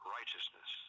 Righteousness